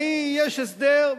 יש הסדר,